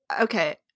okay